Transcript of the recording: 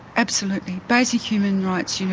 absolutely, basic human rights, you know